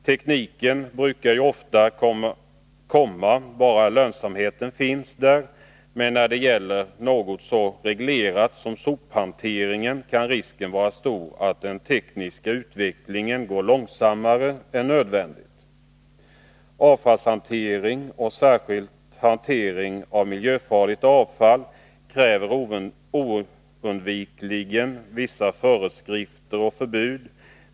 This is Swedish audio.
Tekniken brukar ju ofta komma bara lönsamheten finns där, men när det gäller något så reglerat som sophantering kan risken vara stor att den tekniska utvecklingen går långsammare än nödvändigt. Avfallshantering, och särskilt hantering av miljöfarligt avfall, kräver oundvikligen vissa föreskrifter och förbud.